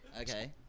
okay